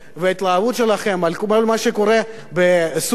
וההתלהבות שלכם מכל מה שקורה בסוריה?